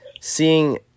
seeing